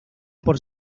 por